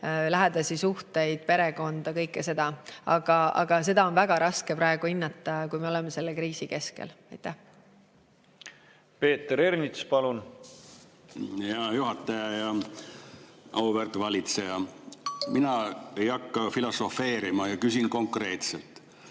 lähedasi suhteid, perekonda, kõike seda. Seda on väga raske praegu hinnata, kui me oleme selle kriisi keskel. Peeter Ernits, palun! Peeter Ernits, palun! Hea juhataja! Auväärt valitseja! Mina ei hakka filosofeerima ja küsin konkreetselt.